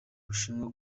bushinwa